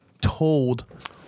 told